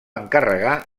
encarregar